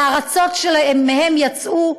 לארצות שמהן יצאו,